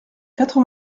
quatre